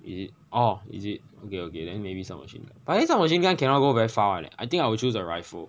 is it orh is it ok ok then maybe sub machine gun but then sub machine gun cannot go very far [one] leh I think I will choose a rifle